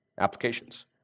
applications